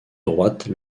droite